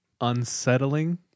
unsettling